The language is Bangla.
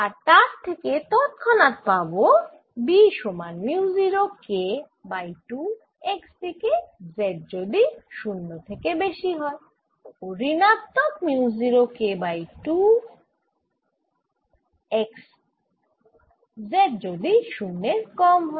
আর তার থেকে তৎক্ষণাৎ পাবো B সমান মিউ 0 K বাই 2- x দিকে z যদি 0 থেকে বেশি হয় ও ঋণাত্মক mu 0 K by 2 x z যদি 0 এর কম হয়